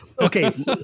Okay